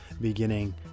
beginning